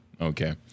Okay